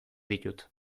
ditut